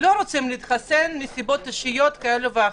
לא רוצים להתחסן, מסיבות אישיות כאלה ואחרות.